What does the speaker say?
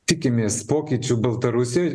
tikimės pokyčių baltarusijoj